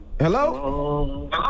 Hello